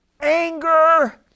anger